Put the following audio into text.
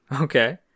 Okay